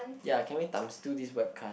ya can we times two this webcast